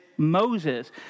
Moses